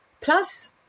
Plus